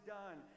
done